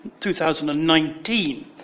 2019